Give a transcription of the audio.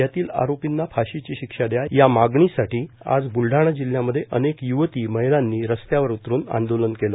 यातील आरोपींना फाशीची शिक्षा दया या मागणीसाठी आज ब्लढाणा जिल्ह्यामध्ये अनेक य्वती महिलांनी रस्त्यावर उतरून आंदोलन केलं